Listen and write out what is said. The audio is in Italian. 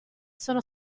sono